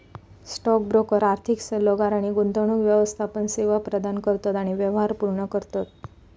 stock broker आर्थिक सल्लोगार आणि गुंतवणूक व्यवस्थापन सेवा प्रदान करतत आणि व्यवहार पूर्ण करतत